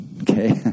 okay